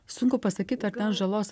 sunku pasakyti ar ten žalos